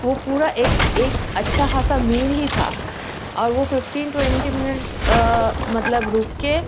وہ پورا ایک ایک اچھا خاصہ میل ہی تھا اور وہ ففٹین ٹونٹی مِنٹس مطلب رُک کے